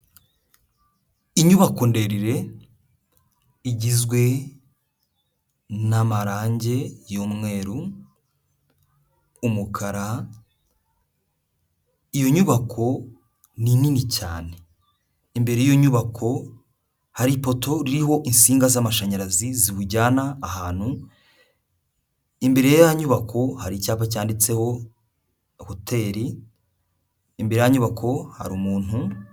Inyubako ndende igizwe n'amarangi y'umweru, umukara, iyo nyubako ni nini cyane, imbere y'iyo nyubako hari ipoto ririho insinga z'amashanyarazi ziwujyana ahantu, imbere ya ya nyubako hari icyapa cyanditseho hoteli, imbere ya ya nyubako hari umuntu.